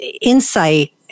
insight